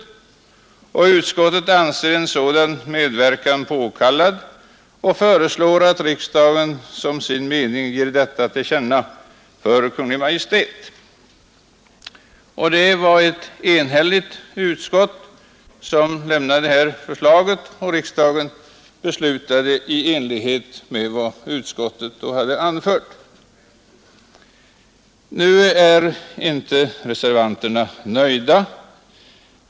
Utskottet ansåg en sådan medverkan påkallad och föreslog att riksdagen som sin mening skulle ge detta till känna för Kungl. Maj:t. Det var ett enhälligt utskott som avgav det här förslaget, och riksdagen beslutade i enlighet med vad utskottet hade anfört. Reservanterna är emellertid inte nöjda.